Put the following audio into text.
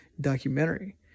documentary